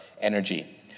energy